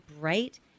bright